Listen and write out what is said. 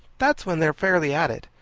that's when they're fairly at it.